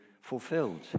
fulfilled